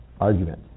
argument